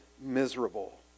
miserable